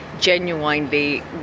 genuinely